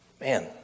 Man